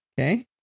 Okay